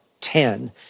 ten